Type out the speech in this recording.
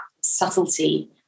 subtlety